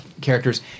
characters